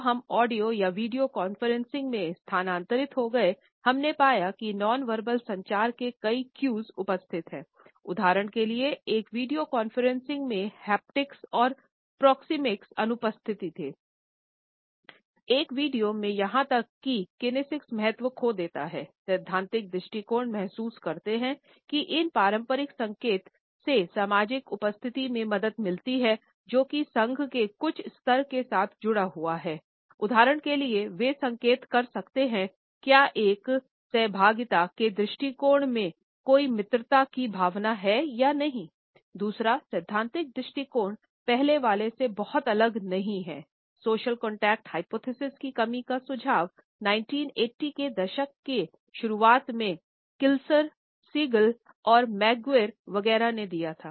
जब हम ऑडियो या वीडियो कॉन्फ्रेंसिंग में स्थानांतरित हो गए हम ने पाया कि नॉन वर्बल वगैरह ने दिया था